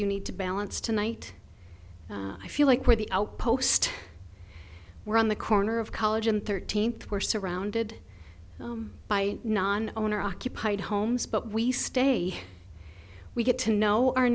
you need to balance tonight i feel like we're the outpost we're on the corner of college and thirteenth we're surrounded by non owner occupied homes but we stay we get to know our